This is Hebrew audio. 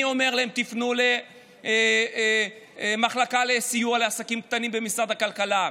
אני אומר להם: תפנו למחלקה לסיוע לעסקים קטנים במשרד הכלכלה,